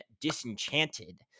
disenchanted